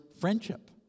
friendship